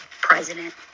president